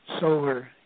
solar